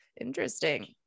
interesting